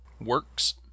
works